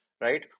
right